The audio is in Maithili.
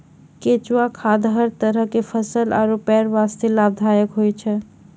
केंचुआ खाद हर तरह के फसल आरो पेड़ वास्तॅ लाभदायक होय छै